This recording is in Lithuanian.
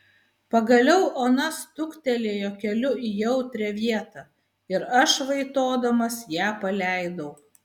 pagaliau ona stuktelėjo keliu į jautrią vietą ir aš vaitodamas ją paleidau